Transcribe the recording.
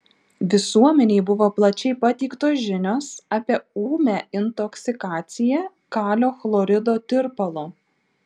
visuomenei buvo plačiai pateiktos žinios apie ūmią intoksikaciją kalio chlorido tirpalu